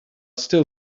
still